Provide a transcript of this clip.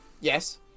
yes